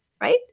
right